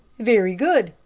very good,